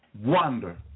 wonder